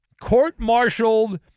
court-martialed